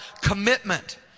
commitment